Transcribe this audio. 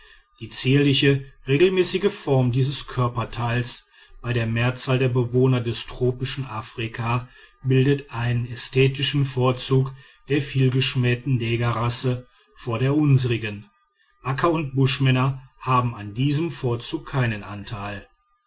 die zierliche regelmäßige form dieses körperteils bei der mehrzahl der bewohner des tropischen afrika bildet einen ästhetischen vorzug der vielgeschmähten negerrasse vor der unsrigen akka und buschmänner haben an diesem vorzug keinen anteil